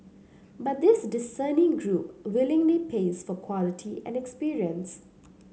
but this discerning group willingly pays for quality and experience